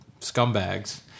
scumbags